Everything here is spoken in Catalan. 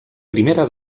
primera